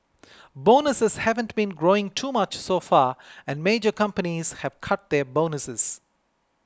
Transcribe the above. bonuses haven't been growing too much so far and major companies have cut their bonuses